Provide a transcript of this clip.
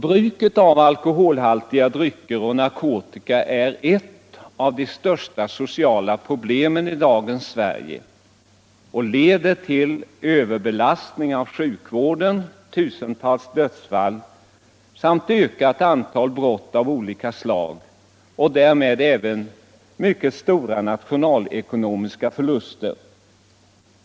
Bruket av alkoholhaltiga drycker och narkotika är ett av de största sociala problemen i dagens Sverige. Det leder till överbelastning av sjukvården, tusentals dödsfall samt ett ökat antal brott av olika slag och därmed mycket stora nationalekonomiska förluster.